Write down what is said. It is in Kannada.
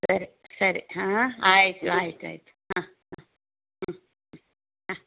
ಸರಿ ಸರಿ ಹಾಂ ಆಯಿತು ಆಯಿತು ಆಯಿತು ಹಾಂ ಹಾಂ ಹಾಂ ಹಾಂ ಹಾಂ